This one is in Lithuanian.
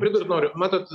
pridurt noriu matot